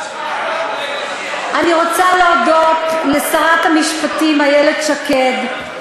אני רוצה להודות לשרת המשפטים איילת שקד,